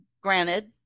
granted